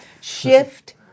Shift